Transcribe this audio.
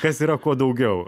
kas yra kuo daugiau